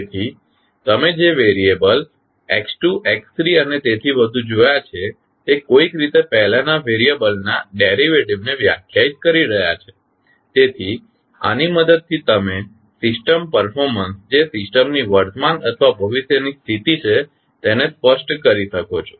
તેથી તમે જે વેરીયબલ x2 x3 અને તેથી વધુ જોયા છે તે કોઈક રીતે પહેલાનાં વેરીયબલના ડેરીવેટીવ ને વ્યાખ્યાયિત કરી રહ્યાં છે તેથી આની મદદથી તમે સિસ્ટમ પર્ફોર્મન્સ જે સિસ્ટમની વર્તમાન અથવા ભવિષ્યની સ્થિતિ છે તેને સ્પષ્ટ કરી શકો છો